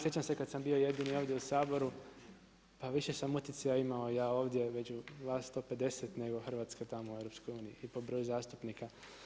Sjećam se kad sam bio jedini ovdje u Saboru, pa više sam utjecaja imao ja ovdje među vas 150 nego Hrvatska tamo u EU i po broju zastupnika.